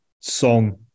song